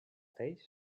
tanmateix